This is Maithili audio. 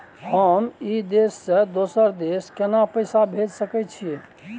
हम ई देश से दोसर देश केना पैसा भेज सके छिए?